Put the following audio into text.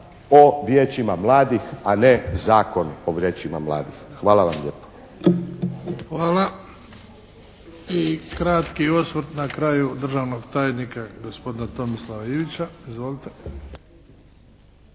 o Vijećima mladih a ne Zakon o Vijećima mladih. Hvala vam lijepo. **Bebić, Luka (HDZ)** Hvala. I kratki osvrt na kraju državnog tajnika, gospodina Tomislava Ivića. Izvolite.